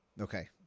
Okay